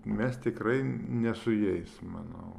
mes tikrai ne su jais manau